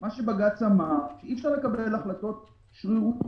מה שבג"ץ אמר זה שאי אפשר לקבל החלטות שרירותיות.